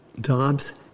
Dobbs